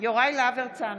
יוראי להב הרצנו,